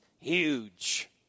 Huge